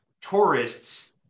tourists